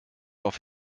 auf